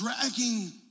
dragging